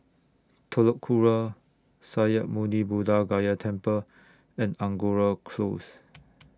Telok Kurau Sakya Muni Buddha Gaya Temple and Angora Close